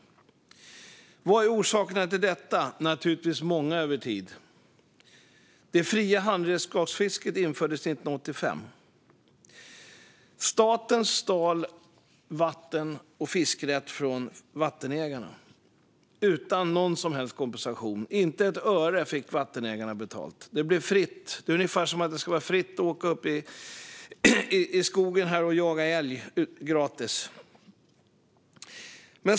Vad är orsakerna till detta? Naturligtvis många över tid. Det fria handredskapsfisket infördes 1985. Staten stal vatten och fiskerätt från vattenägarna, utan någon som helst kompensation. Inte ett öre fick vattenägarna betalt. Det blev fritt. Det är ungefär som att det skulle vara fritt att åka ut i skogen och jaga älg gratis.